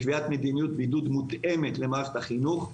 לקביעת מדיניות בידוד מותאמת למערכת החינוך,